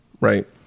right